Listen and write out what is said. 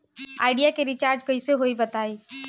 Idea के recharge कइसे होई बताईं?